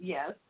Yes